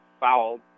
fouled